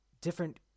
different